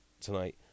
tonight